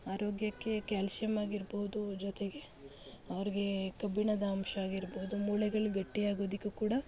ಆರೋಗ್ಯಕ್ಕೆ ಕ್ಯಾಲ್ಸಿಯಂ ಆಗಿರ್ಬೋದು ಜೊತೆಗೆ ಅವ್ರಿಗೆ ಕಬ್ಬಿಣದ ಅಂಶ ಆಗಿರ್ಬೋದು ಮೂಳೆಗಳು ಗಟ್ಟಿಯಾಗೋದಕ್ಕೂ ಕೂಡ